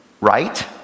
right